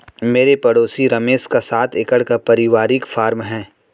मेरे पड़ोसी रमेश का सात एकड़ का परिवारिक फॉर्म है